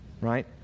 Right